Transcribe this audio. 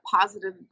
positive